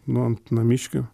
nu ant namiškių